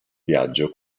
viaggio